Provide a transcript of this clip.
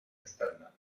externa